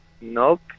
Nope